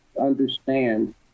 understand